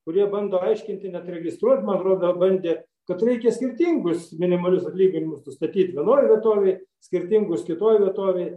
kurie bando aiškinti net registruot man atrodo bandė kad reikia skirtingus minimalius atlyginimus nustatyt vienoj vietovėj skirtingus kitoj vietovėj